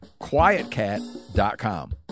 quietcat.com